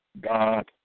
God